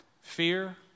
Fear